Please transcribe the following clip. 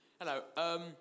Hello